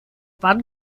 wann